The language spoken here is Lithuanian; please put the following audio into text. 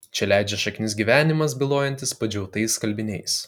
čia leidžia šaknis gyvenimas bylojantis padžiautais skalbiniais